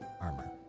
armor